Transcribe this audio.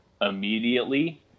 immediately